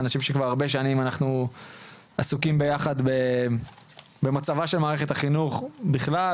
אנשים שכבר הרבה שנים אנחנו עסוקים יחד במצבה של מערכת החינוך בכלל,